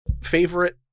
favorite